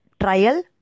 trial